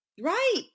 Right